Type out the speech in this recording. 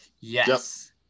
Yes